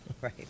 Right